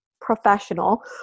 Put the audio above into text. professional